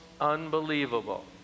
unbelievable